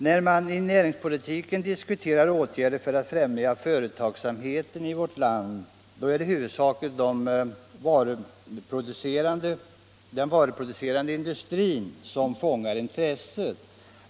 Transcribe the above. När man i näringspolitiken nu diskuterar åtgärder för att främja företagsamheten i vårt land är det huvudsakligen den varuproducerande industrin som fångar intresset.